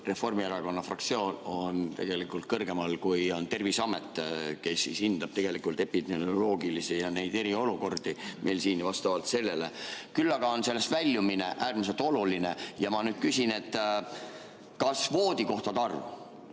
Reformierakonna fraktsioon on tegelikult kõrgemal, kui on Terviseamet, kes hindab tegelikult epidemioloogilisi ja neid eriolukordi meil siin ja vastavalt sellele [otsustab]. Küll aga on sellest väljumine äärmiselt oluline. Ma nüüd küsin, et kas voodikohtade arv